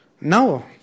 Now